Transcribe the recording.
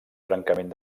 trencament